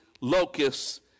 locusts